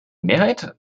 mehrheit